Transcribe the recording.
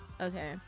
okay